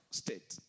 state